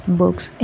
books